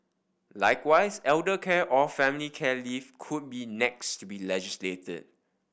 likewise elder care or family care leave could be next to be legislated